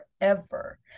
forever